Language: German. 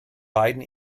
beiden